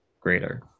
greater